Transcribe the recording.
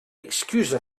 excuse